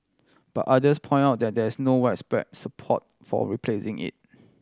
but others point out there there is no widespread support for replacing it